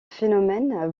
phénomène